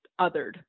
othered